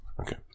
Okay